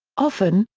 often,